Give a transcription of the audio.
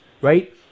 right